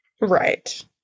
Right